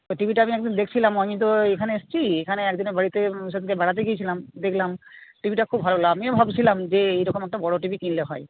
ওই টি ভিটা আমি একদিন দেখছিলাম আমি তো এখানে এসেছি এখানে একজনের বাড়িতে সেদিনকে বেড়াতে গিয়েছিলাম দেখলাম টি ভিটা খুব লাগল আমিও ভাবছিলাম যে এইরকম একটা বড় টি ভি কিনলে হয়